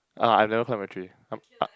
I I've never climb a tree